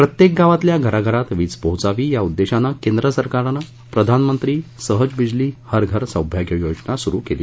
प्रत्येक गावातल्या घराघरात वीज पोहोचावी या उद्देशाने केंद्र सरकारनं प्रधानमंत्री सहज बिजली हर घर सौभाग्य योजना सुरु केली